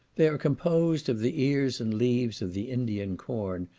they are composed of the ears and leaves of the indian corn,